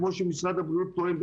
כמו שמשרד הבריאות טוען,